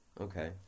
Okay